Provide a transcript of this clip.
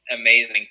amazing